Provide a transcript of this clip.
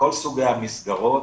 כל סוגי המסגרות.